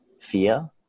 fear